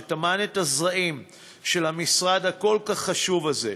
שטמן את הזרעים של המשרד הכל-כך חשוב הזה.